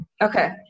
Okay